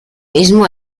mismo